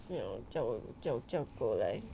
叫叫叫叫狗过来